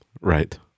Right